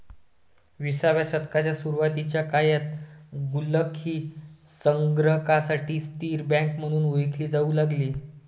विसाव्या शतकाच्या सुरुवातीच्या काळात गुल्लक ही संग्राहकांसाठी स्थिर बँक म्हणून ओळखली जाऊ लागली